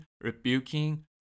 rebuking